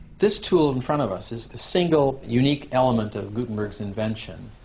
this tool in front of us is the single unique element of gutenberg's invention.